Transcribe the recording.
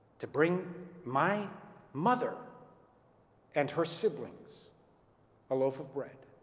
to bring my mother and her siblings a loaf of bread.